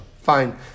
Fine